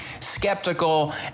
Skeptical